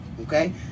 Okay